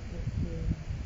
okay